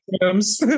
rooms